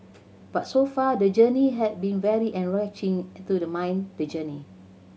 but so far the journey has been very enriching to the mind the journey